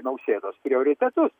nausėdos prioritetus